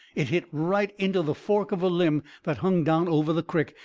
it hit right into the fork of a limb that hung down over the crick,